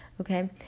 Okay